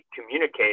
communicate